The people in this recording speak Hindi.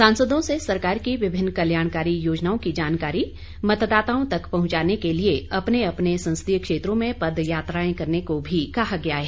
सांसदों से सरकार की विभिन्न कल्याणकारी योजनाओं की जानकारी मतदाताओं तक पहुंचाने के लिए अपने अपने संसदीय क्षेत्रों में पदयात्राएं करने को भी कहा गया है